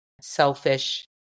selfish